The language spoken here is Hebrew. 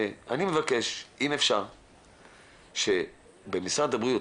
אני מבקש אם אפשר שבמשרד הבריאות,